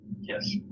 Yes